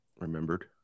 remembered